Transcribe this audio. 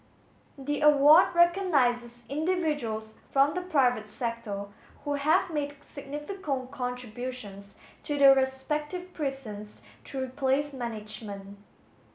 the award recognises individuals from the private sector who have made significant contributions to their respective precincts through place management